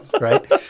right